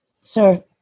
Sir